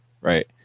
right